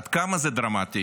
עד כמה זה דרמטי?